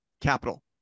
capital